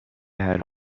حرف